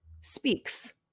Speaks